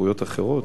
" זכויות אחרות.